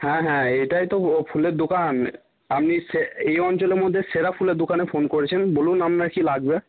হ্যাঁ হ্যাঁ এটাই তো ফুলের দোকান আপনি সে এই অঞ্চলের মধ্যে সেরা ফুলের দোকানে ফোন করেছেন বলুন আপনার কি লাগবে